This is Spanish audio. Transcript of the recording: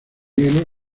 hielo